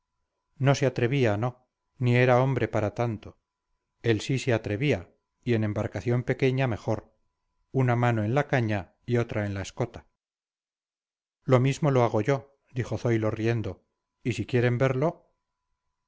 no se atrevía no ni era hombre para tanto él sí se atrevía y en embarcación pequeña mejor una mano en la caña y otra en la escota lo mismo lo hago yo dijo zoilo riendo y si quieren verlo